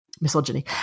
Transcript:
misogyny